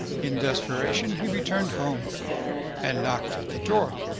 in desperation, he returned home and knocked at the door.